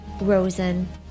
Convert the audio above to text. rosen